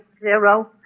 zero